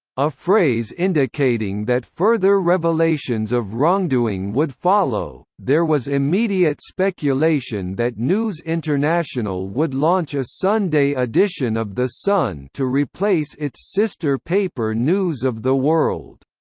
a phrase indicating that further revelations of wrongdoing would follow there was immediate speculation that news international would launch a sunday edition of the sun to replace its sister paper news of the world.